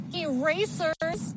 erasers